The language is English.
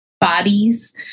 bodies